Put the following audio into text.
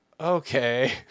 okay